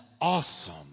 awesome